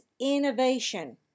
innovation